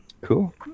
Cool